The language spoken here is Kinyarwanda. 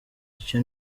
icyo